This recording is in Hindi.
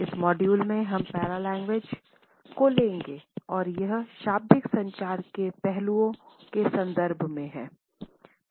इस मॉड्यूल में हम पैरालेंग्वेज को लेगे और यह अशाब्दिक संचार के पहलुओं के संदर्भ में है